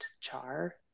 char